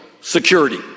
security